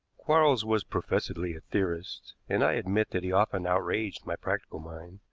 quarles was professedly a theorist, and i admit that he often outraged my practical mind.